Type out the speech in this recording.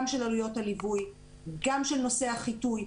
גם של עלויות הליווי, גם של נושא החיטוי.